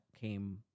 came